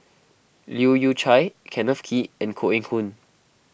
Leu Yew Chye Kenneth Kee and Koh Eng Hoon